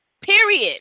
period